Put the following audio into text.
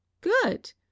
good